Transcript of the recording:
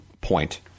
point